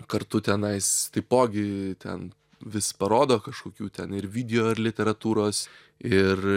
kartu tenais taipogi ten vis parodo kažkokių ten ir video ar literatūros ir